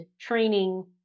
training